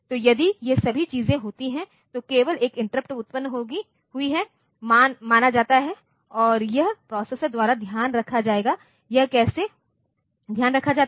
तो यदि ये सभी चीजें होती हैं तो केवल एक इंटरप्ट उत्पन्न हुई है माना जाता है और यह प्रोसेसर द्वारा ध्यान रखा जाएगा यह कैसे ध्यान रखा जाता है